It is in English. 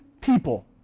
people